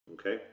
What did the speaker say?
Okay